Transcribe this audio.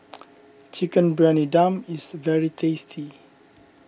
Chicken Briyani Dum is very tasty